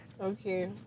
Okay